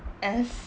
as